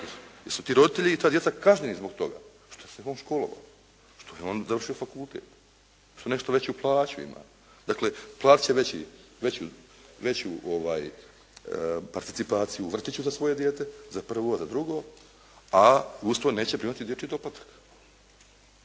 Jesu li ti roditelji i ta djeca kažnjeni zbog toga što se on školovao, što je on završio fakultet, što nešto veću plaću ima. Dakle, platit će veću participaciju u vrtiću za svoje dijete za prvo, za drugo, a uz to neće primati dječji doplatak.